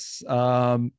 Yes